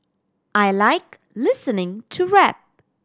I like listening to rap